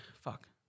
fuck